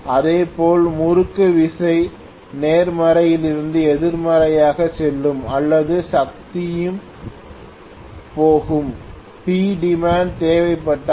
அதேபோல் முறுக்குவிசை நேர்மறையிலிருந்து எதிர்மறையாக செல்லும் அல்லது சக்தியும் போகும் Pdemand தேவைப்பட்டால்